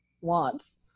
wants